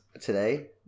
today